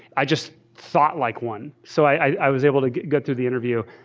i just thought like one. so i was able to get get through the interview.